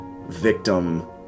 victim